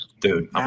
Dude